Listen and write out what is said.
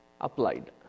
applied